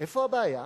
איפה הבעיה?